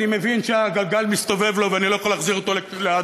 אני מבין שהגלגל מסתובב לו ואני לא יכול להחזיר אותו לקדמותו.